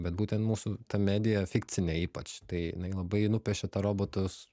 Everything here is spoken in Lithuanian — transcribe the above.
bet būtent mūsų ta medija fikcinė ypač tai jinai labai nupiešė tą robotus